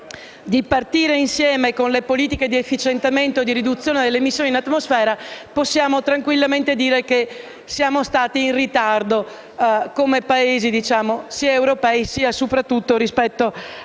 di partire insieme con le politiche di efficientamento e di riduzione delle emissioni in atmosfera possiamo tranquillamente dire che siamo stati in ritardo come Paesi europei soprattutto rispetto al